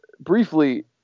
Briefly